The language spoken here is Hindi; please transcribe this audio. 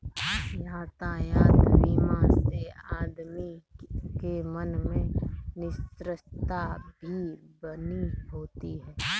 यातायात बीमा से आदमी के मन में निश्चिंतता भी बनी होती है